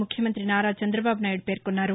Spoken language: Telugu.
ముఖ్యమంతి నారా చందబాబునాయుడు పేర్కొన్నారు